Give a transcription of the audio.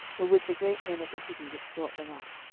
were with the great men of the city, which brought them up.